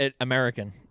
American